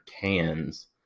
cans